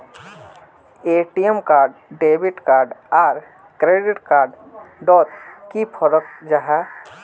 ATM card debit card आर credit card डोट की फरक जाहा?